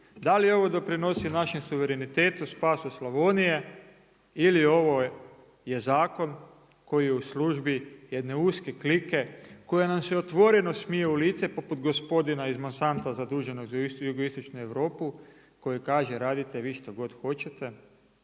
da li ovo doprinosi našem suverenitetu, spasu Slavonije ili ovo je Zakon koji je u službi jedne uske klike koja nam se otvoreno smije u lice poput gospodina iz Monsanta zaduženog za jugoistočnu Europu koji kaže radite vi što god hoćete,